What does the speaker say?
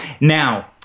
Now